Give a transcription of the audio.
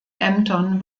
ämtern